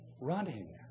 running